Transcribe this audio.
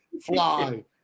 fly